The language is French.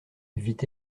vit